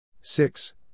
six